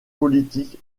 politique